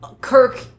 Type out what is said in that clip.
Kirk